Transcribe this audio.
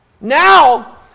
Now